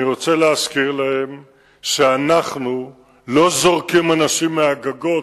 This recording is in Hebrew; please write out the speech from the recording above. אני רוצה להזכיר להם שאנחנו לא זורקים אנשים מהגגות